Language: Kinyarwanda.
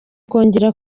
kongera